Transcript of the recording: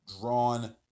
drawn